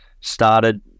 started